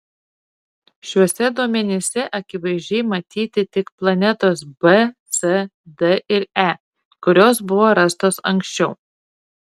šiuose duomenyse akivaizdžiai matyti tik planetos b c d ir e kurios buvo rastos anksčiau